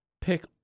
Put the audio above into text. Pick